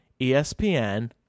ESPN